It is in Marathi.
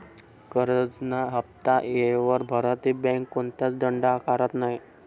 करजंना हाफ्ता येयवर भरा ते बँक कोणताच दंड आकारत नै